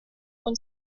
und